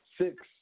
Six